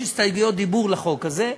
יש הסתייגויות דיבור לחוק הזה.